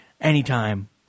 anytime